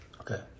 Okay